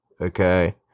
okay